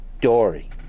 dory